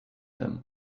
them